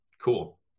Cool